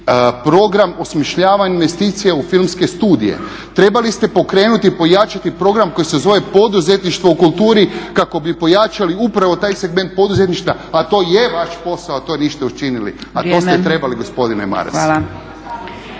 program osmišljavanja investicija u filmske studije, trebali ste pokrenuti i pojačati program koji se zove poduzetništvo u kulturi kako bi pojačali upravo taj segment poduzetništva a to je vaš posao, to niste učinili a to ste trebali gospodine Maras.